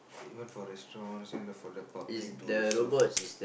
even for restaurants and the for the public to serve food